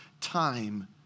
time